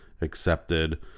accepted